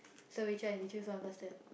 so which one you choose one faster